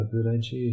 Durante